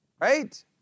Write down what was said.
right